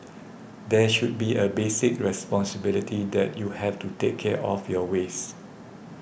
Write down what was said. there should be a basic responsibility that you have to take care of your waste